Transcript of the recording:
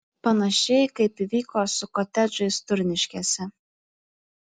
panašiai kaip įvyko su kotedžais turniškėse